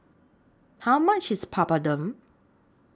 How much IS Papadum